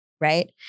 Right